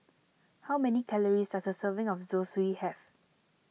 how many calories does a serving of Zosui have